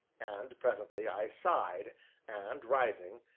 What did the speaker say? and presently i sighed and, rising,